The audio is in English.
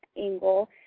angle